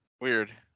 weird